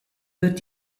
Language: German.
wird